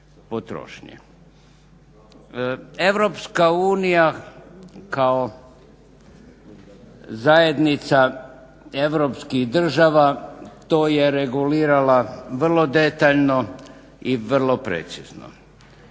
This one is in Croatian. Europska unija kao zajednica europskih država to je regulirala vrlo detaljno i vrlo precizno.